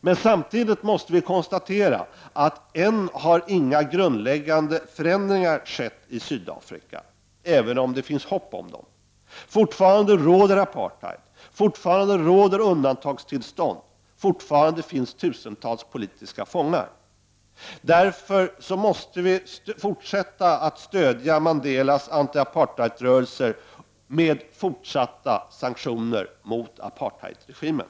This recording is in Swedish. Men samtidigt måste vi konstatera att några grundläggande förändringar ännu inte har skett i Sydafrika, även om det finns ett hopp i det avseendet. Fortfarande råder apartheid, fortfarande råder undantagstillstånd och fortfarande finns det tusentals politiska fångar. Därför måste vi fortsätta att stödja Mandelas antiapartheidrörelse med fortsatta sanktioner mot apartheidregimen.